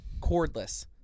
Cordless